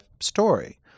story